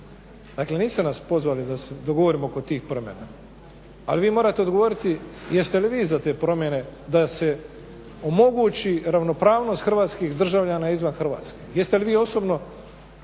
Dakle niste nas pozvali da se dogovorimo oko tih promjena. Ali vi morate odgovoriti jeste li vi za te promjene da se omogući ravnopravnost hrvatskih državljana izvan Hrvatske? Jeste li vi osobno